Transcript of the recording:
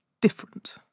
different